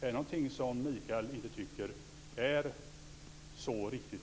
Är detta något som Mikael inte längre tycker är riktigt?